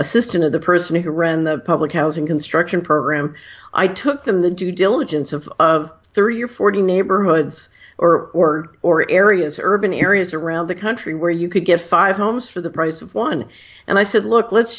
assistant of the person who ran the public housing construction program i took them the due diligence of of thirty or forty neighborhoods or board or areas or urban areas around the country where you could get five homes for the price of one and i said look let's